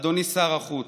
אדוני שר החוץ,